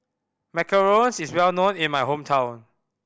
macarons is well known in my hometown